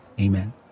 Amen